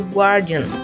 Guardian